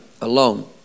alone